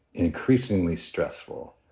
increasingly stressful.